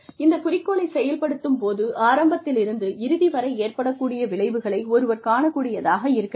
இந்த குறிக்கோளைச் செயல்படுத்தும் போது ஆரம்பத்திலிருந்து இறுதி வரை ஏற்படக் கூடிய விளைவுகளை ஒருவர் காணக் கூடியதாக இருக்க வேண்டும்